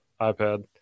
iPad